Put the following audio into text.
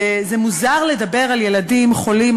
זה מוזר לדבר על ילדים חולים,